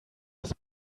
das